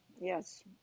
Yes